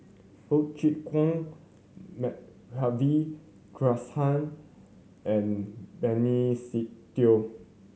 Ho Chee Kong Madhavi Krishnan and Benny Se Teo